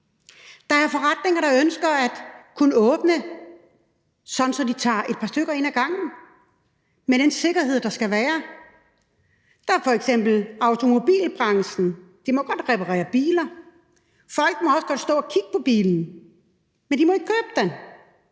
Der er forretninger, der ønsker at kunne åbne, sådan at de tager et par stykker ind ad gangen med den sikkerhed, der skal være. Der er f.eks. automobilbranchen. De må godt reparere biler. Folk må også godt stå og kigge på bilen, men de må ikke købe den.